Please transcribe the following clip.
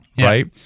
right